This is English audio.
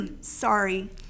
Sorry